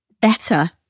better